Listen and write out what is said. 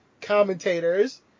commentators